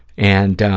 and